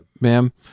ma'am